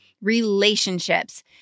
relationships